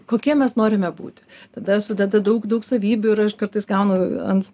kokie mes norime būti tada sudeda daug daug savybių ir aš kartais gaunu ant